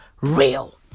real